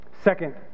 Second